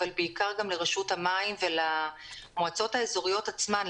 אבל בעיקר לרשות המים ולמועצות האזוריות עצמן,